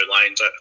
lanes